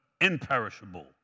imperishable